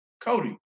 Cody